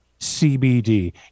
CBD